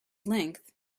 length